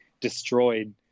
destroyed